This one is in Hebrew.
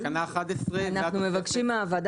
אנחנו מבקשים מהוועדה,